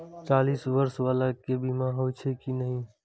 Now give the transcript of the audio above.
चालीस बर्ष बाला के बीमा होई छै कि नहिं?